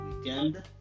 weekend